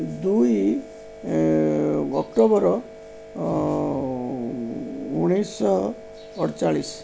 ଦୁଇ ଅକ୍ଟୋବର ଉଣେଇଶିଶହ ଅଠଚାଳିଶି